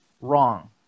Wrong